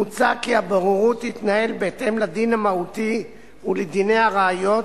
מוצע כי הבוררות תתנהל בהתאם לדין המהותי ולדיני הראיות,